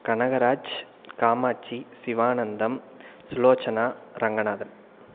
Kanagaraj Kamatchi Sivanandam Sulochana Ranganathan